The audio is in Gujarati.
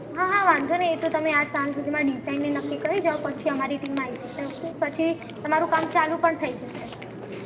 હા હા વાંધો નહીં એ તો તમે આજ સાંજ સુધીમાં ડીઝાઈન ને એ નક્કી કરી જાવ પછી અમારી ટીમ આવી જશે ઓકે પછી તમારું કામ ચાલું પણ થઇ જશે